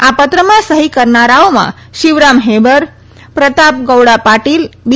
આ પત્રમાં સહિ કરનારાઓમાં શિવરામ હેબર પ્રતાપ ગૌડા પાટીલ બી